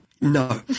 No